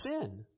sin